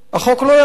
החוק לא יחול.